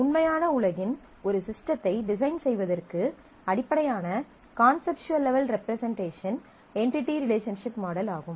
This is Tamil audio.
உண்மையான உலகின் ஒரு சிஸ்டத்தை டிசைன் செய்வதற்கு அடிப்படையான conceptual level representation entity relationship model ஆகும்